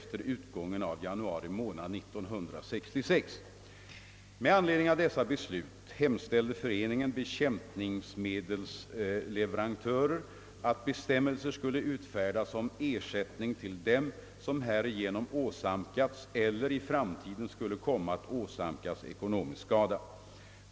Med anledning av dessa beslut hemställde Föreningen Bekämpningsmedelsleverantörer att bestämmelser skulle utfärdas om ersättning till dem som härigenom åsamkats eller i framtiden skulle komma att åsamkas ekonomisk skada.